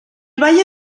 valle